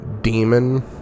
demon